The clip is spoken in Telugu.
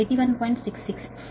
66 ఇది 8